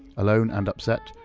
alone and upset,